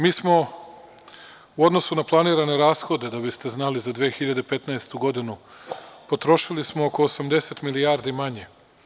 Mi smo u odnosu na planirane rashode, da biste znali, za 2015. godinu potrošili oko 80 milijardi manje.